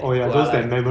who are like